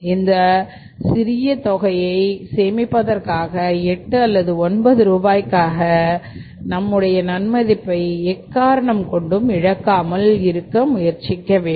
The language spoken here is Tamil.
இந்த சிறிய தொகையை சேமிப்பதற்காக 8 அல்லது 9 ரூபாய்க்காக நம்முடைய நன்மதிப்பை எக்காரணம் கொண்டும் இழக்காமல் இருக்க முயற்சிக்க வேண்டும்